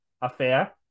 affair